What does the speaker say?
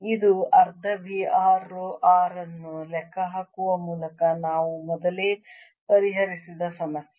ಇದು ಅರ್ಧ v r row r ಅನ್ನು ಲೆಕ್ಕಹಾಕುವ ಮೂಲಕ ನಾವು ಮೊದಲೇ ಪರಿಹರಿಸಿದ ಸಮಸ್ಯೆ